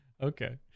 Okay